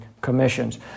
commissions